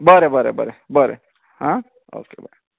बरें बरें बरें बरें आं ओके बाय